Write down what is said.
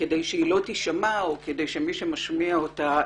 כדי שהיא לא תישמע,, או כדי שמי שמשמיע אותה